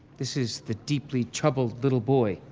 this is the deeply troubled little boy,